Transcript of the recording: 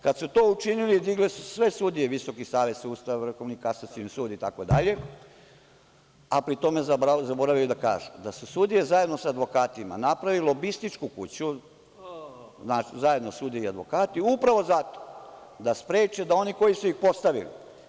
Kad su to učinili digli su sve sudije, Visoki savet sudstva, Vrhovni kasacioni sud itd, a pri tome zaboravili da kažu da su sudije zajedno sa advokatima napravili lobističku kuću, zajedno sudije i advokati, upravo zato da spreče da oni koji su ih postavili.